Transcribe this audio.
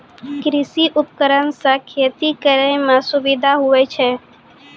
कृषि उपकरण से खेती करै मे सुबिधा हुवै छै